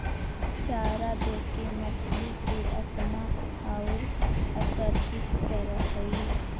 चारा देके मछली के अपना औउर आकर्षित करऽ हई